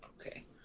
Okay